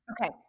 Okay